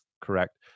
correct